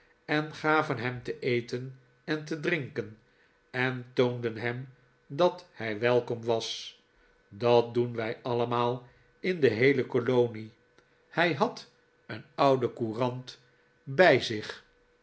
en gaven hem te eten en te drinken en toonden hem dat hij welkom was dat doen wij alle'maal in de heele kolonie hij had een oude courant david copperfield bij zich